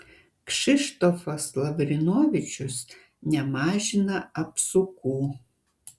kšištofas lavrinovičius nemažina apsukų